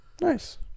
Nice